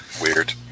weird